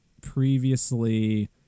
previously